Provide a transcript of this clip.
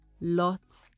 lots